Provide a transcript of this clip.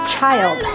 child